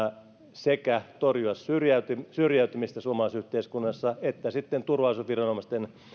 sekä torjua syrjäytymistä syrjäytymistä suomalaisessa yhteiskunnassa että sitten turvallisuusviranomaisten